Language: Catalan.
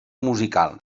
musical